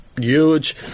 huge